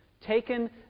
taken